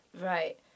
Right